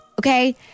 okay